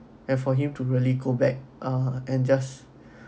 and for him to really go back ah and just